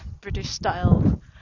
British-style